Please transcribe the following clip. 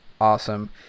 Awesome